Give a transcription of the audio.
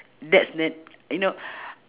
that's ne~ you know